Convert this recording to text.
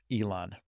Elon